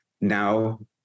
Now